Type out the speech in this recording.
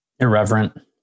Irreverent